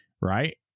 right